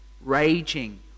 raging